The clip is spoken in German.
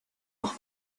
noch